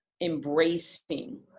embracing